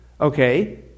okay